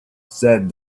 said